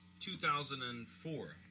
2004